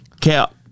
Cap